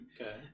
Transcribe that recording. okay